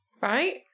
Right